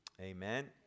Amen